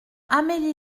amélie